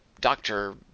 doctor